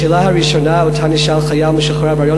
השאלה הראשונה שנשאל חייל משוחרר בריאיון